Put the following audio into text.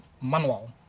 manual